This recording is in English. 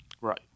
Right